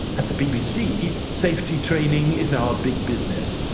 at the bbc, safety training is now a big business.